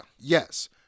Yes